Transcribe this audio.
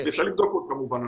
ואפשר לבדוק עוד כמובן,